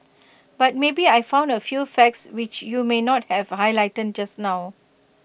but maybe I found A few facts which you may not have highlighted just now